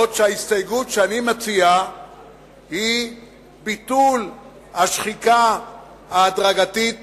בעוד ההסתייגות שאני מציע היא ביטול השחיקה ההדרגתית